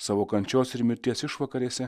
savo kančios ir mirties išvakarėse